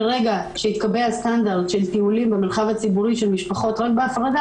מרגע שיתקבע סטנדרט של טיולים במרחב הציבורי של משפחות רק בהפרדה,